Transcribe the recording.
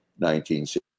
1960